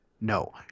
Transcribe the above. no